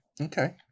Okay